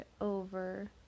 over